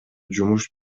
жумуш